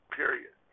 period